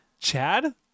chad